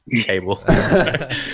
cable